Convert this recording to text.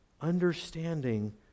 understanding